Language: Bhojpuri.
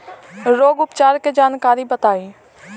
रोग उपचार के जानकारी बताई?